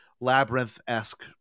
labyrinth-esque